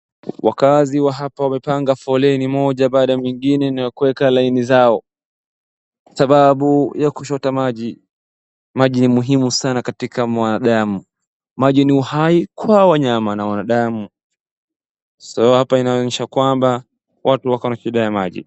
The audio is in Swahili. Wakaazi wa hapa wamepanga foleni moja baada ya nyingine na kueka laini zao, sababu ya kuchota maji. Maji ni muhimu sana katika mwanadamu. Maji ni uhai kwa wanyama na wanadamu . So hapa inaonyesha kwamba watu wako na shida ya maji.